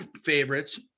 favorites